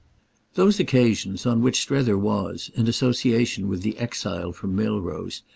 those occasions on which strether was, in association with the exile from milrose,